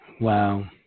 Wow